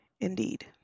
Indeed